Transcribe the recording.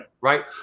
right